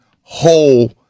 whole